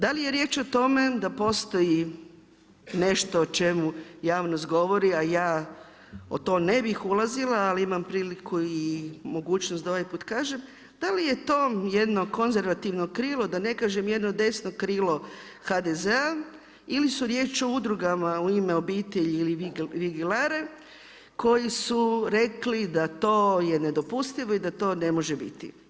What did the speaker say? Da li je riječ o tome da postoji nešto o čemu javnost govori, a ja u to ne bih ulazila, ali imam priliku i mogućnost da ovaj put kažem, da li je to jedno konzervativno krilo da ne kažem jedno desno krilo HDZ-a ili su riječ o udrugama U ime obitelji ili Vigilare koji su rekli da to je nedopustivo i da to ne može biti?